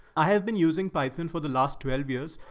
i have been using python for the last twelve years.